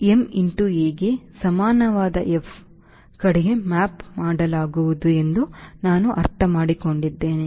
a ಗೆ ಸಮಾನವಾದ F ಕಡೆಗೆ ಮ್ಯಾಪ್ ಮಾಡಲಾಗುವುದು ಎಂದು ನಾನು ಅರ್ಥಮಾಡಿಕೊಂಡಿದ್ದೇನೆ